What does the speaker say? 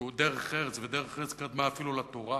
כי הוא דרך ארץ, ודרך ארץ קדמה אפילו לתורה.